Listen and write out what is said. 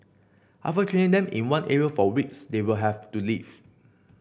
after training them in one area for weeks they will have to leave